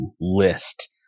list